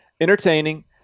entertaining